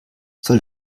soll